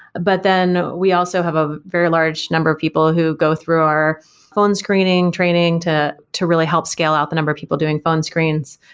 but then we also have a very large number of people who go through our phone screening, training to to really help scale out the number of people doing phone screens.